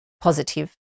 positive